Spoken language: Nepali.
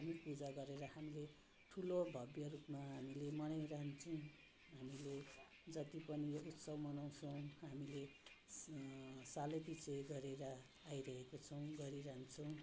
धार्मिक पूजा गरेर हामीले ठुलो भव्यरूपमा हामीले मनाइरहन्छौँ हामीले जति पनि उत्सव मनाउँछौँ हामीले सालै पछि गरेर आइरहेको छौँ गरिरहन्छौँ